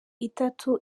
itatu